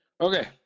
Okay